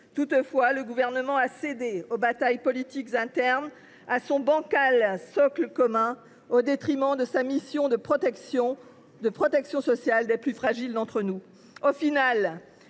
Toutefois, le Gouvernement a cédé face aux batailles politiques internes, devant son bancal socle commun, au détriment de sa mission de protection sociale des plus fragiles d’entre nous.